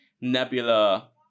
Nebula